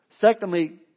Secondly